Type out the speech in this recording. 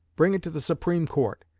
bring it to the supreme court,